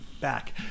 Back